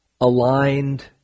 Aligned